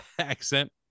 accent